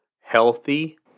healthy